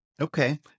Okay